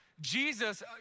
Jesus